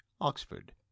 oxford